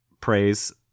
praise